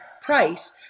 price